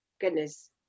goodness